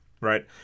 right